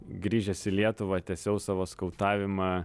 grįžęs į lietuvą tęsiau savo skautavimą